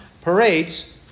parades